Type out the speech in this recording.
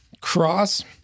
cross